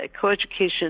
co-education